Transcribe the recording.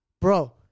bro